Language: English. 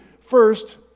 first